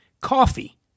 Coffee